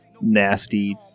nasty